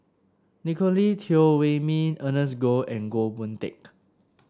Nicolette Teo Wei Min Ernest Goh and Goh Boon Teck